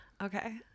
okay